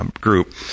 group